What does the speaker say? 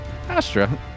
Astra